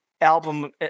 album